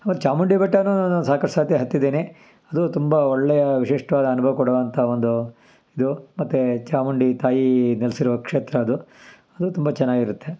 ಅವತ್ತು ಚಾಮುಂಡಿ ಬೆಟ್ಟನೂ ಸಾಕಷ್ಟು ಸಾರಿ ಹತ್ತಿದ್ದೇನೆ ಅದು ತುಂಬ ಒಳ್ಳೆಯ ವಿಶಿಷ್ಟವಾದ ಅನುಭವ ಕೊಡುವಂಥ ಒಂದು ಇದು ಮತ್ತು ಚಾಮುಂಡಿ ತಾಯಿ ನೆಲೆಸಿರೋ ಕ್ಷೇತ್ರ ಅದು ಅದು ತುಂಬ ಚೆನ್ನಾಗಿರುತ್ತೆ